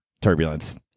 Turbulence